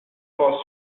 vors